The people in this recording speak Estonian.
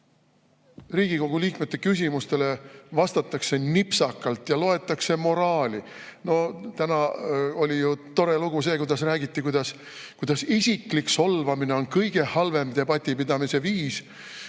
Riigikogu liikmete küsimustele vastatakse nipsakalt ja loetakse moraali. Täna oli tore lugu see, kuidas räägiti, kuidas isiklik solvamine on kõige halvem debati pidamise viis,